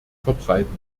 verbreiten